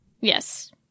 Yes